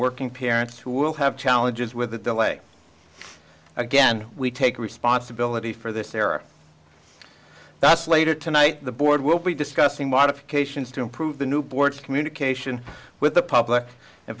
working parents who will have challenges with the delay again we take responsibility for this error that's later tonight the board will be discussing modifications to improve the new board's communication with the public and